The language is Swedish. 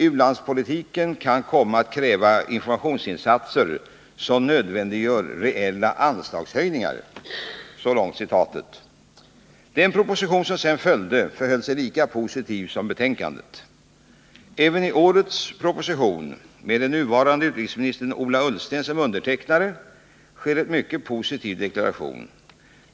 U-landspolitiken kan komma att kräva informationsinsatser som nödvändiggör reella anslagshöjningar.” Den proposition som följde var lika positivt hållen som betänkandet. Även i årets proposition — med den nuvarande utrikesministern Ola Ullsten som undertecknare — görs en mycket positiv deklaration.